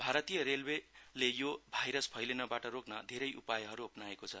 भारतीय रेलवेले यो भाइरस फैलिनबाट रोक्न धेरै उपायहरू अपनाएको छ